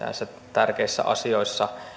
tärkeissä asioissa